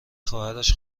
خواهرش